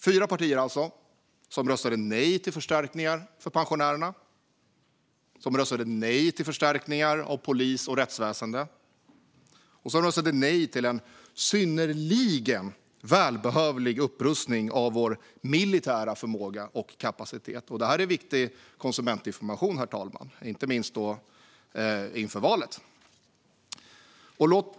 Fyra partier röstade alltså nej till förstärkningar för pensionärerna, förstärkningar av polis och rättsväsen och en synnerligen välbehövlig upprustning av vår militära förmåga och kapacitet. Det här är viktig konsumentinformation, herr talman, inte minst inför valet.